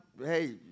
Hey